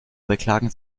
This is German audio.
beklagen